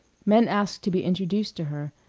men asked to be introduced to her,